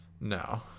No